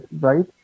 right